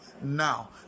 now